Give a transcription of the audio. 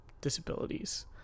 disabilities